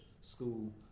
school